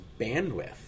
bandwidth